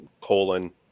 colon